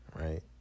right